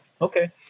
okay